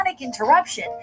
interruption